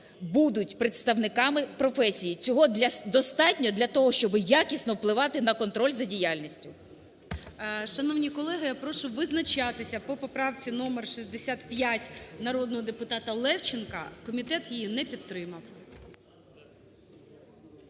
будуть представниками професії, цього достатньо для того, щоби якісно впливати на контроль за діяльністю. ГОЛОВУЮЧИЙ. Шановні колеги, я прошу визначитися по поправці номер 65 народного депутата Левченка. Комітет її не підтримав.